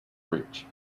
rich